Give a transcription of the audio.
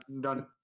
Done